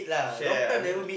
share I mean